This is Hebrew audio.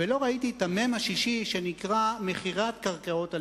ולא ראיתי את המ"ם השישי שנקרא מכירת קרקעות הלאום.